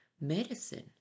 medicine